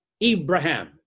Abraham